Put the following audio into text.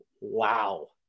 wow